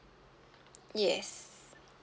yes